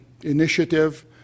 initiative